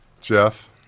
Jeff